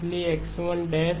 इसलिए X1 nx 3n